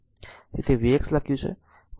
તેથી તેથી જ તે vx લખ્યું છે